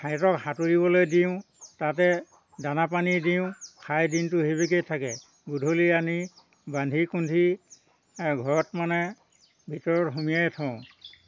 সিহঁতক সাতুৰিবলৈ দিওঁ তাতে দানা পানী দিওঁ খাই দিনটো সেই বিগে থাকে গধূলী আনি বান্ধি কুন্ধি ঘৰত মানে ভিতৰত সুমুৱাই থওঁ